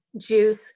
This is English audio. juice